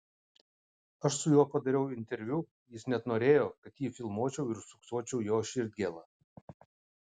aš su juo padariau interviu jis net norėjo kad jį filmuočiau ir užfiksuočiau jo širdgėlą